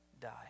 die